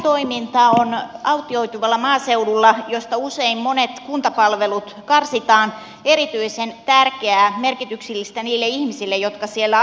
kylätoiminta on autioituvalla maaseudulla mistä usein monet kuntapalvelut karsitaan erityisen tärkeää ja merkityksellistä niille ihmisille jotka siellä asuvat